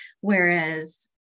Whereas